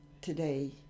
today